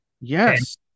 yes